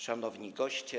Szanowni Goście!